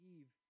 Eve